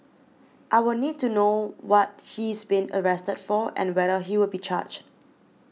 I will need to know what he's been arrested for and whether he will be charged